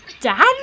dad